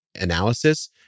analysis